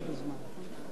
הדבר הזה,